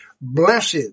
Blessed